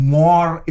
more